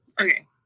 Okay